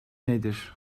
nedir